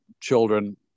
children